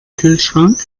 kühlschrank